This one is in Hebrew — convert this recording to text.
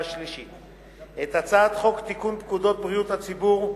שלישית את הצעת חוק לתיקון פקודת בריאות הציבור,